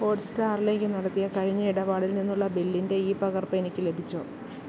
Hotstar ലേക്ക് നടത്തിയ കഴിഞ്ഞ ഇടപാടിൽ നിന്നുള്ള ബില്ലിൻ്റെ ഇ പകർപ്പ് എനിക്ക് ലഭിച്ചോ